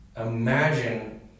Imagine